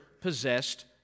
possessed